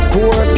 Poor